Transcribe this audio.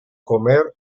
comer